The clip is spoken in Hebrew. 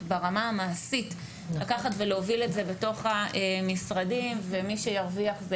ברמה המעשית לקחת ולהוביל את זה בתוך המשרדים ומי שירוויח,